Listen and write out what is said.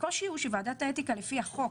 הקושי הוא שוועדת האתיקה לפי החוק,